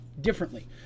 differently